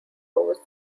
rose